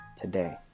today